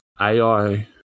AI